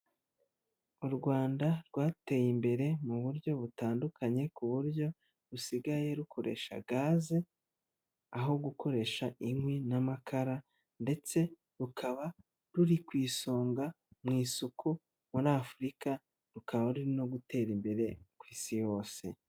U Rwanda rwateye imbere mu buryo butandukanye ku buryo rusigaye rukoresha gaze, aho gukoresha inkwi n'amakara ndetse rukaba ruri ku isonga mu isuku muri Afurika rukaba ruri no gutera imbere ku isi yose.